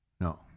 No